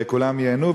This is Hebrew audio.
וכולם ייהנו.